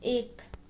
एक